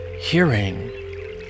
Hearing